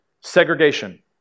Segregation